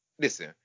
Listen